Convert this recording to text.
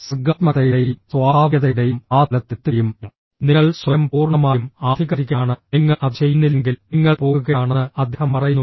സർഗ്ഗാത്മകതയുടെയും സ്വാഭാവികതയുടെയും ആ തലത്തിലെത്തുകയും നിങ്ങൾ സ്വയം പൂർണ്ണമായും ആധികാരികനാണ് നിങ്ങൾ അത് ചെയ്യുന്നില്ലെങ്കിൽ നിങ്ങൾ പോകുകയാണെന്ന് അദ്ദേഹം പറയുന്നു